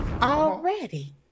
already